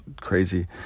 Crazy